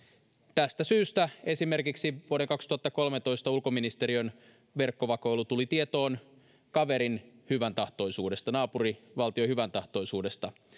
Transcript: tästä syystä esimerkiksi vuoden kaksituhattakolmetoista ulkoministeriön verkkovakoilu tuli tietoon kaverin hyväntahtoisuudesta naapurivaltion hyväntahtoisuudesta